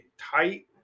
tight